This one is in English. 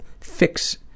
fix